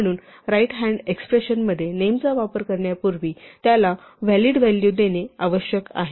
म्हणून राईट हॅन्डच्या एक्स्प्रेशन मध्ये नेमचा वापर करण्यापूर्वी त्याला व्हॅलिड व्हॅलू देणे आवश्यक आहे